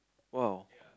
!wow!